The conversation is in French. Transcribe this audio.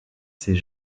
s’est